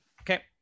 Okay